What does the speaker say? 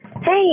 Hey